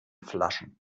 flaschen